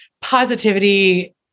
Positivity